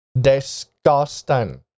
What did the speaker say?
Disgusting